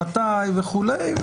מתי וכולי.